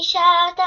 היא שאלה אותם.